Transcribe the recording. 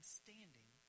standing